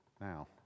now